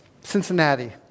Cincinnati